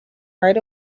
right